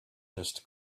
just